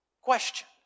question